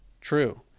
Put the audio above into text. True